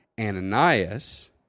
Ananias